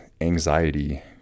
anxiety